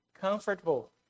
comfortable